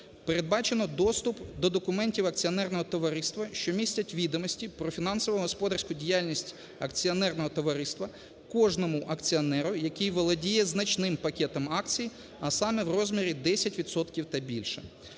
Передбачено доступ до документів акціонерного товариства, що містять відомості про фінансово-господарську діяльність акціонерного товариства кожному акціонеру, який володіє значним пакетом акцій, а саме в розмірі 10 відсотків та більше.